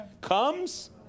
comes